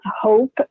hope